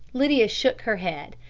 lydia shook her head.